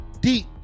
deep